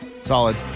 Solid